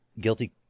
guilty